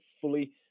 fully